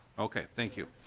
okay. thank you.